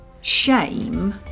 shame